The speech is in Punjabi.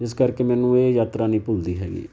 ਇਸ ਕਰਕੇ ਮੈਨੂੰ ਇਹ ਯਾਤਰਾ ਨਹੀਂ ਭੁੱਲਦੀ ਹੈਗੀ